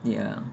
ya